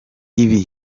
ibi